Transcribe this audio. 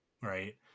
right